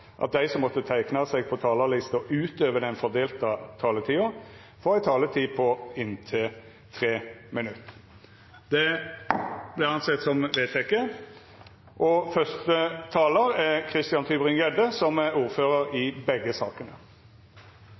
at dei som måtte teikna seg på talarlista utover den fordelte taletida, får ei taletid på inntil 3 minutt. – Det er vedteke. Dette er en årlig seanse hvor vi prøver å bryne oss på hverandre om eksporten av forsvarsmateriell, som er